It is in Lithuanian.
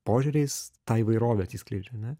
požiūriais ta įvairovė atsiskleidžia ne